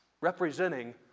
representing